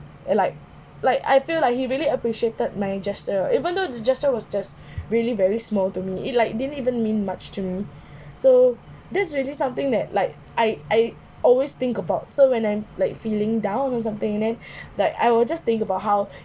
like like I feel like he really appreciated my gesture even though the gesture was just really very small to me it like didn't even mean much to me so this is really something that like I I always think about so when I'm like feeling down or something and then like I will just think about how